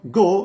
go